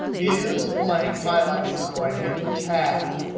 is blank highlighted? so i hit tab.